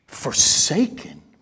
Forsaken